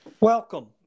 Welcome